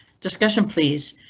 discussion please.